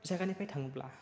जायगानिफ्राय थांब्ला